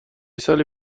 سالی